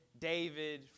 David